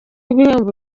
ibihembo